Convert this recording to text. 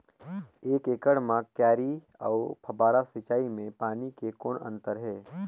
एक एकड़ म क्यारी अउ फव्वारा सिंचाई मे पानी के कौन अंतर हे?